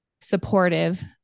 supportive